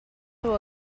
sou